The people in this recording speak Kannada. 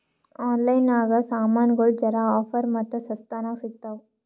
ಆನ್ಲೈನ್ ನಾಗ್ ಸಾಮಾನ್ಗೊಳ್ ಜರಾ ಆಫರ್ ಮತ್ತ ಸಸ್ತಾ ನಾಗ್ ಸಿಗ್ತಾವ್